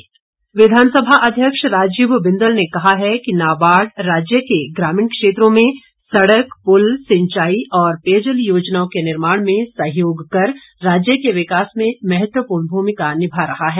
नाबार्ड विधानसभा अध्यक्ष राजीव बिंदल ने कहा है कि नाबार्ड राज्य के ग्रामीण क्षेत्रों में सड़क पुल सिंचाई और पेयजल योजनाओं के निर्माण में सहयोग कर राज्य के विकास में महत्वपूर्ण भूमिका निभा रहा है